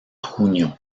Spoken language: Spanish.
junio